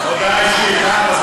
הודעה אישית, אהה?